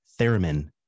theremin